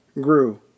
grew